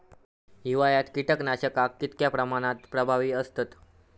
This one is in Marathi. हिवाळ्यात कीटकनाशका कीतक्या प्रमाणात प्रभावी असतत?